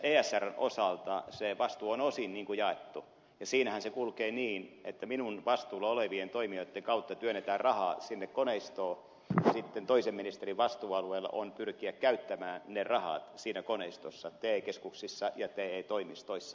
esrn osalta se vastuu on osin jaettu ja siinähän se kulkee niin että minun vastuullani olevien toimijoitten kautta työnnetään rahaa sinne koneistoon ja sitten toisen ministerin vastuualueella on pyrkiä käyttämään ne rahat siinä koneistossa te keskuksissa ja te toimistoissa